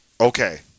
Okay